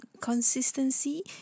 consistency